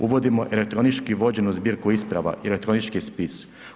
Uvodimo elektronički vođenu zbirku isprava i elektronički spis.